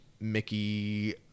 Mickey